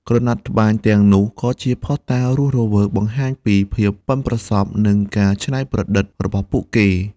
ក្រណាត់ត្បាញទាំងនោះក៏ជាភស្តុតាងរស់រវើកបង្ហាញពីភាពប៉ិនប្រសប់និងការច្នៃប្រឌិតរបស់ពួកគេ។